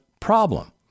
problem